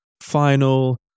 final